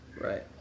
Right